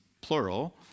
plural